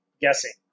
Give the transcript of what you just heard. Guessing